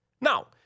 Now